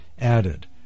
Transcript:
added